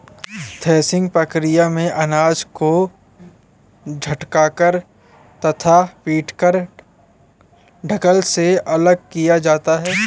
threshing प्रक्रिया में अनाज को झटक कर तथा पीटकर डंठल से अलग किया जाता है